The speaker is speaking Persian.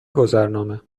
گذرنامه